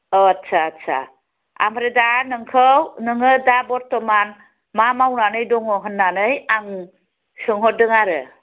अ आस्सा आस्सा आमफ्राय दा नोंखौ नोङो दा बर्थमान मा मावनानै दङ होननानै आं सोंहरदों आरो